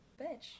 Bitch